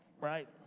right